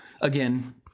again